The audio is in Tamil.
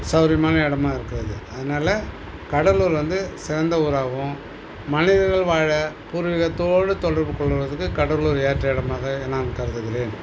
சௌகரியமான இடமா இருக்குது அது அதனால கடலூர் வந்து சிறந்த ஊராகவும் மனிதர்கள் வாழ பூர்வீகத்தோடு தொடர்புக் கொள்கிறதுக்கு கடலூர் ஏற்ற இடமாக நான் கருதுகிறேன்